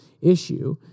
issue